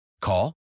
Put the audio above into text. Call